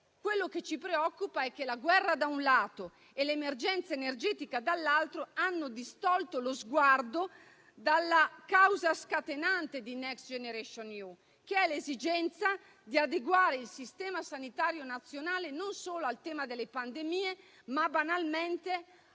quello che ci preoccupa è che la guerra - da un lato - e l'emergenza energetica - dall'altro lato - hanno distolto lo sguardo dalla causa scatenante di Next generation EU, che è l'esigenza di adeguare il sistema sanitario nazionale non solo al tema delle pandemie, ma banalmente